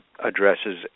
addresses